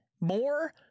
more